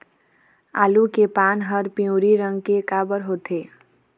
आलू के पान हर पिवरी रंग के काबर होथे?